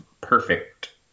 perfect